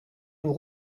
nous